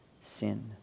sin